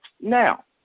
now